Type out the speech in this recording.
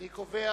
אני קובע